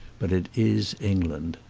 but it is england.